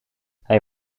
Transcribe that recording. hij